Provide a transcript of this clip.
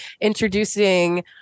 introducing